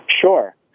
Sure